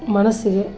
ಮನಸ್ಸಿಗೆ